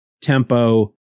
Tempo